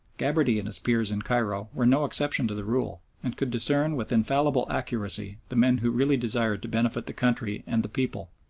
gabarty and his peers in cairo were no exception to the rule, and could discern with infallible accuracy the men who really desired to benefit the country and the people.